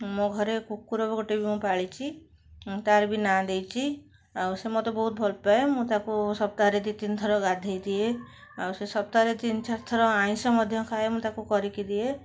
ମୋ ଘରେ କୁକୁର ବି ଗୋଟେ ବି ମୁଁ ପାଳିଛି ମୁଁ ତା'ର ବି ନାଁ ଦେଇଛି ଆଉ ସେ ମୋତେ ବହୁତ ଭଲ ପାଏ ମୁଁ ତାକୁ ସପ୍ତାହରେ ଦୁଇ ତିନି ଥର ଗାଧୋଇଦିଏ ଆଉ ସିଏ ସପ୍ତାହରେ ତିନି ଚାରିଥର ଆଇଁଷ ମଧ୍ୟ ଖାଏ ମୁଁ ତାକୁ କରିକି ଦିଏ